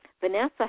Vanessa